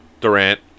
Durant